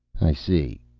i see.